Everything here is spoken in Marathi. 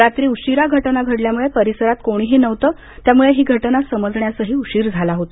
रात्री उशिरा घटना घडल्यामुळे परिसरात कोणीही नव्हत त्यामुळे ही घटना समजण्यासही उशीर झाला होता